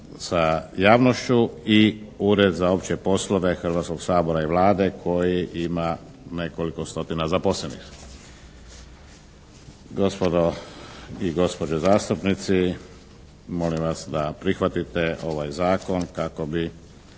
sa javnošću. I Ured za opće poslove Hrvatskog sabora i Vlade koji ima nekoliko stotina zaposlenih. Gospodo i gospođe zastupnici molim vas da prihvatite ovaj zakon kako bi